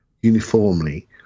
uniformly